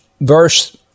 verse